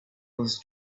was